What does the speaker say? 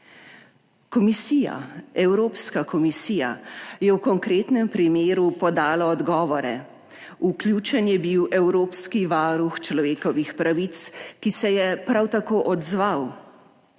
komisija, Evropska komisija je v konkretnem primeru podala odgovore, vključen je bil evropski varuh človekovih pravic, ki se je prav tako odzval,